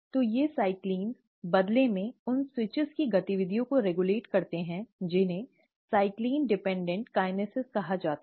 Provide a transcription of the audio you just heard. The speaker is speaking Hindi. तो ये साइक्लिन बदले में उन स्विच की गतिविधियों को रेगुलेट करते हैं जिन्हें साइक्लिन निर्भर किनेसेस'cyclin dependent kinases' कहा जाता है